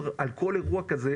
על כל אירוע כזה,